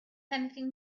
anything